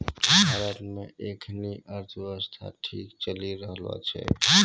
भारत मे एखनी अर्थव्यवस्था ठीक चली रहलो छै